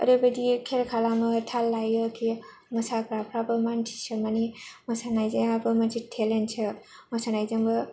ओरैबायदि केयार खालामो थाल लायो खि मोसाग्राफ्राबो मानसिसो मानि मोसानायाबो मोनसे थालेन्थसो मोसानायजोंबो